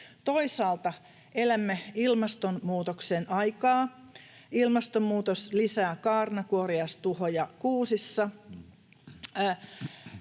Toisaalta elämme ilmastonmuutoksen aikaa. Ilmastonmuutos lisää kaarnakuoriaistuhoja kuusissa.